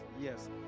yes